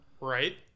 Right